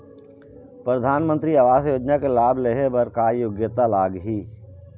परधानमंतरी आवास योजना के लाभ ले हे बर का योग्यता लाग ही?